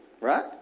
Right